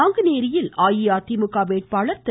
நாங்குநேரியில் அஇஅதிமுக வேட்பாளர் திரு